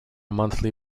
monthly